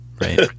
Right